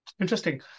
Interesting